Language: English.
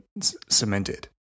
cemented